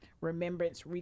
Remembrance